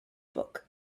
book